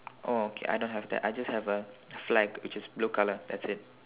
oh okay I don't have that I just have a flag which is blue colour that's it